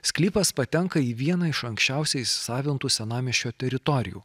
sklypas patenka į vieną iš anksčiausiai įsisavintų senamiesčio teritorijų